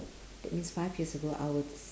that means five years ago I was